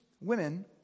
women